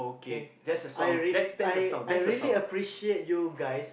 K I really I I really appreciate you guys